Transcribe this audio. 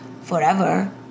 forever